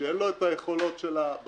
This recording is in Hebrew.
שאין לו את היכולות של הבנקים.